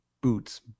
boots